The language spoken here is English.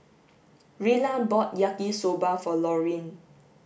Rilla bought yaki soba for Laurine